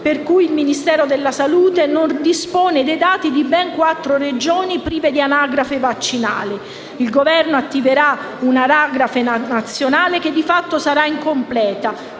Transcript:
per cui il Ministero della salute non dispone dei dati di ben quattro Regioni prive di anagrafe vaccinale. Il Governo attiverà una anagrafe nazionale che, di fatto, sarà incompleta,